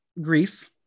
Greece